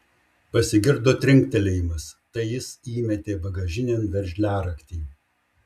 pasigirdo trinktelėjimas tai jis įmetė bagažinėn veržliaraktį